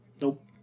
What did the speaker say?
Nope